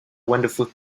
wonderful